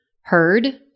heard